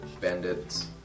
Bandits